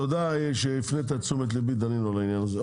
תודה שהפנית את תשומת ליבי, דנינו, בעניין הזה.